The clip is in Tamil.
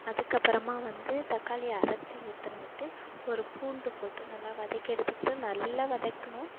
அதுக்கப்புறமா வந்து தக்காளியை அரைச்சு ஊற்றுன்னுட்டு ஒரு பூண்டு போட்டு நல்லா வதக்கி எடுத்துக்கிட்டு நல்லா வதக்கணும்